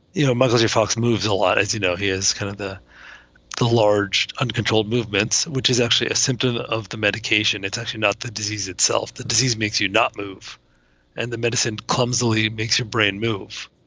you know, musos, your fox moves a lot, as you know, he is kind of the the large, uncontrolled movements, which is actually a symptom of the medication. it's actually not the disease itself. the disease makes you not move and the medicine clumsily makes your brain move.